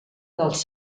dels